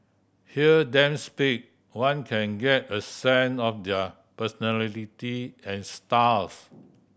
hear them speak one can get a sense of their personality and styles